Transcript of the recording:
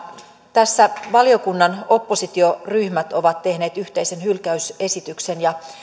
tässä valiokunnan oppositioryhmät ovat tehneet yhteisen hylkäysesityksen ja